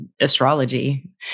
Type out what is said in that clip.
astrology